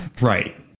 right